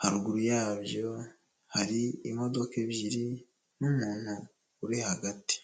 haruguru yabyo hari imodoka ebyiri n'umuntu uri hagati.